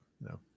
No